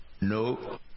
No